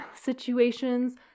situations